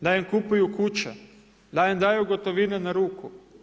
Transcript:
Da im kupuju kuće, da im daju gotovinu na ruke.